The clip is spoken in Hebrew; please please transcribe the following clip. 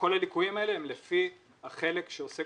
כל הליקויים האלה הם לפי החלק שעוסק